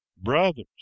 Brothers